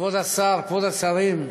כבוד השר, כבוד השרים,